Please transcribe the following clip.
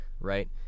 right